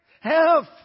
health